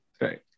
right